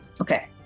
Okay